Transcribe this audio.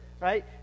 right